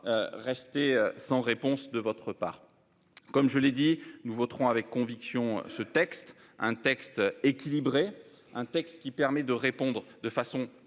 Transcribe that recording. rester sans réponse de votre part. Comme je l'ai dit nous voterons avec conviction ce texte un texte équilibré, un texte qui permet de répondre de façon